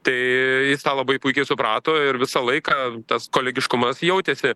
tai jis tą labai puikiai suprato ir visą laiką tas kolegiškumas jautėsi